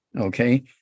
okay